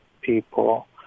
people